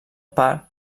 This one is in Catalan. part